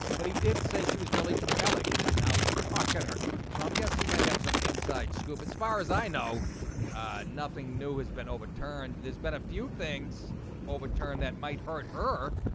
but he did say she was really compelling and and now he's mocking her so i'm guessing you might have some inside scoop as far as i know nothing new has been overturned. there's been a few things overturned that might hurt her.